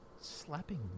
Slapping